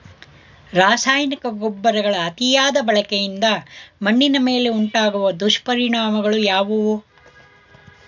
ರಾಸಾಯನಿಕ ಗೊಬ್ಬರಗಳ ಅತಿಯಾದ ಬಳಕೆಯಿಂದ ಮಣ್ಣಿನ ಮೇಲೆ ಉಂಟಾಗುವ ದುಷ್ಪರಿಣಾಮಗಳು ಯಾವುವು?